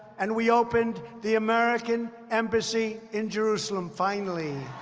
and we opened the american embassy in jerusalem, finally.